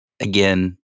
Again